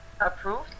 approved